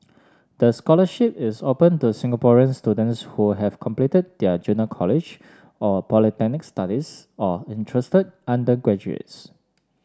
the scholarship is open to Singaporean students who have completed their junior college or polytechnic studies or interested undergraduates